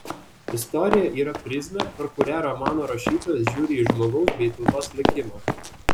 istorija yra prizmė pro kurią romano rašytojas žiūri į žmogaus bei tautos likimą